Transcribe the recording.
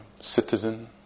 citizen